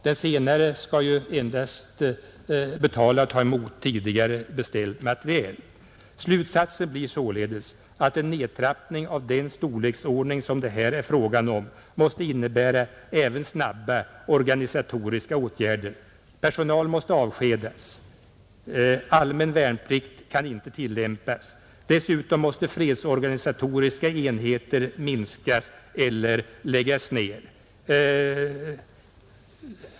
Den senare skall ju endast betala och ta emot tidigare beställd materiel. Slutsatsen blir således att en nedtappning av den storleksordning som det här är fråga om måste innebära även snabba organisatoriska åtgärder. Personal måste avskedas. Allmän värnplikt kan inte tillämpas. Dessutom måste fredsorganisatoriska enheter minskas eller läggas ner.